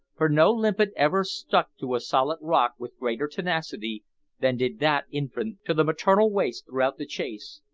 for no limpet ever stuck to a solid rock with greater tenacity than did that infant to the maternal waist throughout the chase.